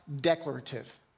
declarative